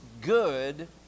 good